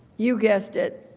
you guessed it,